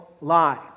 lie